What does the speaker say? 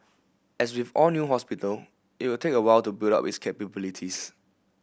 as with all new hospital it will take a while to build up with capabilities